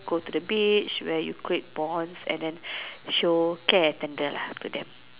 go to the beach where you great bond and then show care attender lah to them